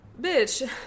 bitch